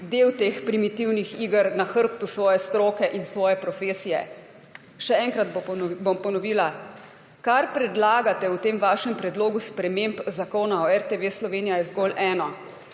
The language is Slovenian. del teh primitivnih iger na hrbtu svoje stroke in svoje profesije. Še enkrat bom ponovila, kar predlagate v tem vašem predlogu sprememb zakona o RTV Slovenija je zgolj eno